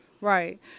right